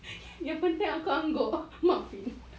yang penting aku angguk muffin